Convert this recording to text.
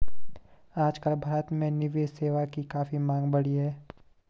आजकल भारत में निवेश सेवा की काफी मांग बढ़ी है